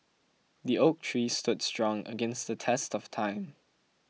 the oak tree stood strong against the test of time